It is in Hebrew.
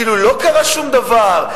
כאילו לא קרה שום דבר.